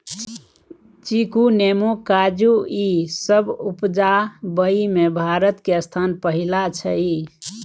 चीकू, नेमो, काजू ई सब उपजाबइ में भारत के स्थान पहिला छइ